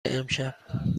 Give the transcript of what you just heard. امشب